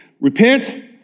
repent